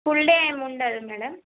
full day ఏం ఉండదు madam